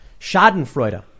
Schadenfreude